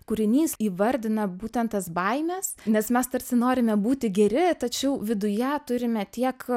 kūrinys įvardina būtent tas baimes nes mes tarsi norime būti geri tačiau viduje turime tiek